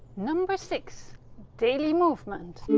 number six daily movement!